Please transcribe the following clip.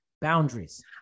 boundaries